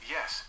Yes